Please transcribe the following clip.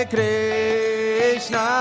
Krishna